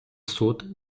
суд